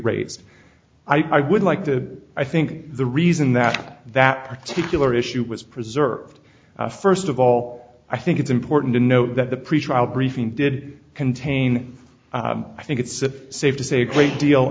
raised i would like to i think the reason that that particular issue was preserved first of all i think it's important to note that the pretrial briefing did contain i think it's safe to say a great deal